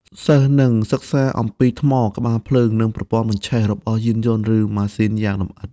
សិស្សនឹងសិក្សាអំពីថ្ម ក្បាលភ្លើង និងប្រព័ន្ធបញ្ឆេះ របស់យានយន្ត ឬម៉ាស៊ីនយ៉ាងលម្អិត។